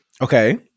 Okay